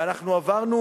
ואנחנו עברנו,